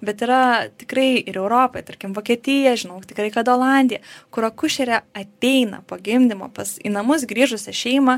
bet yra tikrai ir europoj tarkim vokietija žinau tikrai kad olandija kur akušerė ateina po gimdymo pas į namus grįžusią šeimą